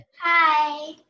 Hi